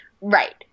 Right